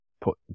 put